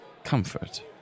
comfort